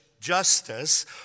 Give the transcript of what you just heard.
justice